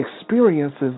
experiences